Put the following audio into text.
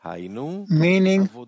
meaning